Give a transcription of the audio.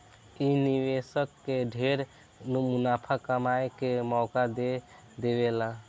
इ निवेशक के ढेरे मुनाफा कमाए के मौका दे देवेला